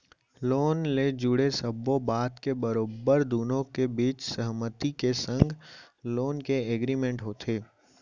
loan ले जुड़े सब्बो बात के बरोबर दुनो के बीच सहमति के संग लोन के एग्रीमेंट होथे